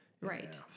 Right